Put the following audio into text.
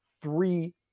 three